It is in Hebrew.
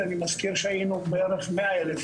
אני מזכיר שהיינו בערך 100 אלף,